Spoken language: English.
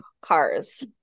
cars